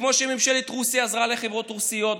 וכמו שממשלת רוסיה עזרה לחברות רוסיות.